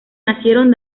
nacieron